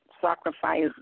sacrifice